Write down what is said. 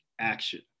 action